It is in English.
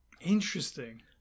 Interesting